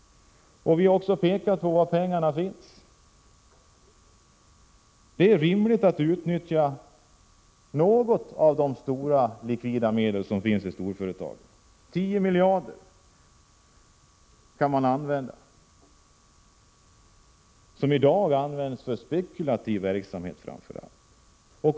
Vi har också pekat på var pengarna finns. Det är rimligt att utnyttja något av de mängder av likvida medel som finns i storföretagen. Tio miljarder av detta kan man använda, pengar som i dag framför allt används för spekulativ verksamhet.